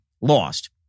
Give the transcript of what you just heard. lost